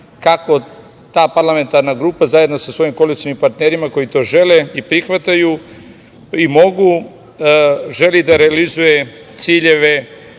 kako ta parlamentarna grupa zajedno sa svojim koalicionim partnerima koji to žele i prihvataju i mogu, želi da realizuje ciljeve